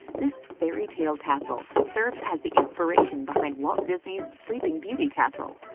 this fairy-tale castle served as the inspiration behind walt disney's sleeping beauty castle.